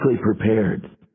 prepared